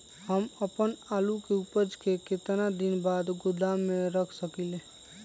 हम अपन आलू के ऊपज के केतना दिन बाद गोदाम में रख सकींले?